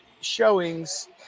showings